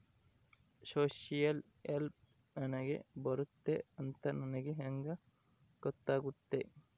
Social help ನನಗೆ ಬರುತ್ತೆ ಅಂತ ನನಗೆ ಹೆಂಗ ಗೊತ್ತಾಗುತ್ತೆ?